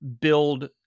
build